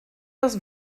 das